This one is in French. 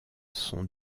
sont